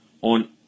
on